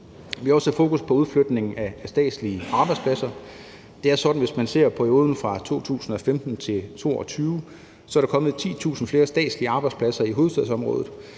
Vi har også sat fokus på udflytning af statslige arbejdspladser. Det er sådan, at hvis man ser på perioden fra 2015 til 2022, er der kommet 10.000 flere statslige arbejdspladser i hovedstadsområdet.